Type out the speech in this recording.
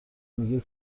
میگه